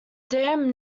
dam